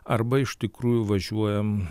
arba iš tikrųjų važiuojam